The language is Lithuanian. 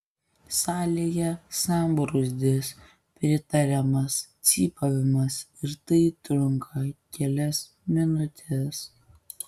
salėje sambrūzdis pritariamas cypavimas ir tai trunka kelias minutes